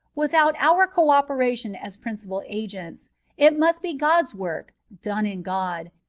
without our co-operation as principal agents it must be god's work, done in god,